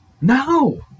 no